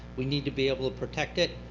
we need to be able to protect it.